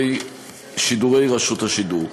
ולהסתיים שידורי רשות השידור.